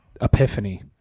Epiphany